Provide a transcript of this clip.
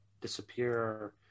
disappear